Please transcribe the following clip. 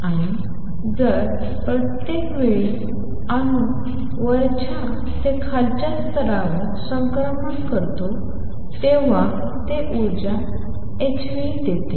आणि जेव्हा प्रत्येक वेळी अणू वरच्या ते खालच्या स्तरावर संक्रमण करतो तेव्हा ते ऊर्जा hν देते